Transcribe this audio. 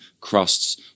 CRUSTS